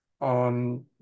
on